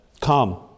Come